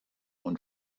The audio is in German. und